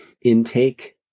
intake